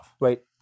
right